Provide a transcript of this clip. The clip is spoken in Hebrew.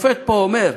שופט פה אומר,